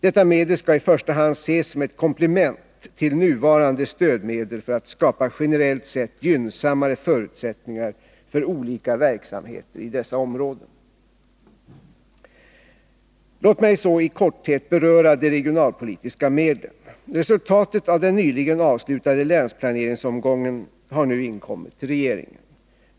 Detta medel skall i första hand ses som ett komplement till nuvarande stödmedel för att skapa generellt sett gynnsammare förutsättningar för olika verksamheter i dessa områden. Låt mig så i korthet beröra de regionalpolitiska medlen. Resultatet av den nyligen avslutade länsplaneringsomgången har nu inkommit till regeringen.